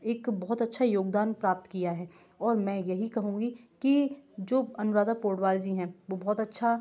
एक बहुत अच्छा योगदान प्राप्त किया है और मैं यही कहूँगी कि जो अनुराधा पोडवाल जी हैं वो बहुत अच्छा